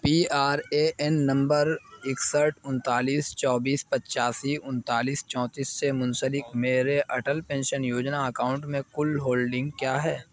P R A N number اکسٹھ انتالیس چوبیس پچاسی انتالیس چوتیس سے منسلک میرے اٹل پینشن یوجنا اکاؤنٹ میں کل ہولڈنگ کیا ہے